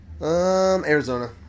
Arizona